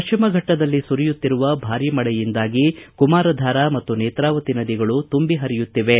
ಪಶ್ಚಿಮ ಫಟ್ಟದಲ್ಲಿ ಸುರಿಯುತ್ತಿರುವ ಭಾರೀ ಮಳೆಯಿಂದಾಗಿ ಕುಮಾರಾಧಾರಾ ಮತ್ತು ನೇತ್ರಾವತಿ ನದಿಗಳು ತುಂಬಿ ಪರಿಯುತ್ತಿವೆ